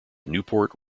newport